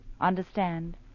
Understand